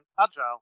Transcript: agile